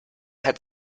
had